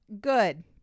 Good